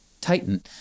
titan